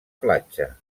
platja